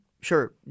sure